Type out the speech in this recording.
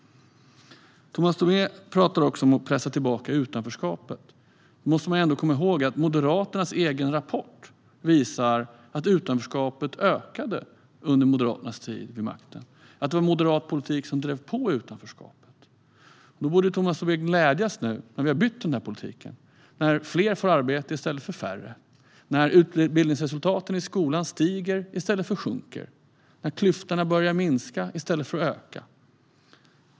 Tomas Tobé talar också om att pressa tillbaka utanförskapet. Då måste vi komma ihåg att Moderaternas egen rapport visar att utanförskapet ökade under deras tid vid makten, att det var moderat politik som drev på utanförskapet. Då borde Tomas Tobé glädjas nu, när vi har bytt den politiken. Nu är det fler i stället för färre som får arbete. Nu stiger utbildningsresultaten i skolan i stället för att sjunka. Nu börjar klyftorna minska i stället för att öka.